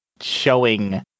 showing